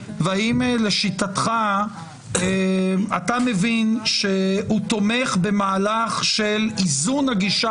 והאם לשיטתך אתה מבין שהוא תומך במהלך של איזון הגישה